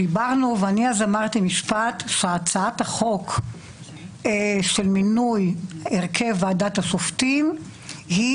דיברנו ואני אז אמרתי שהצעת החוק של מינוי הרכב ועדת השופטים היא